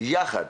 יחד